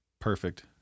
Perfect